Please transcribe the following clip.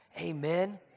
Amen